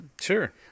Sure